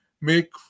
make